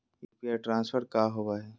UPI transfer का होव हई?